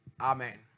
Amen